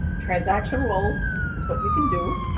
transactional roles is what you can do,